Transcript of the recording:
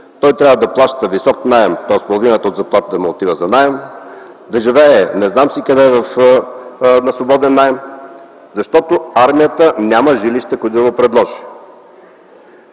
жилище, да плаща висок наем – половината от заплатата му отива за наем, да живее не знам къде си на свободен наем, защото армията няма жилище, което да предложи?!